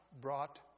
brought